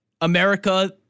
America